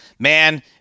man